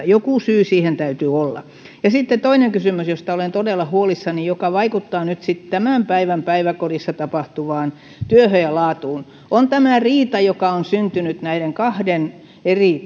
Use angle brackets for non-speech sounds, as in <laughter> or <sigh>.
<unintelligible> joku syy siihen täytyy olla sitten toinen kysymys josta olen todella huolissani ja joka vaikuttaa nyt sitten tämän päivän päiväkodissa tapahtuvaan työhön ja laatuun on tämä riita joka on syntynyt näiden kahden eri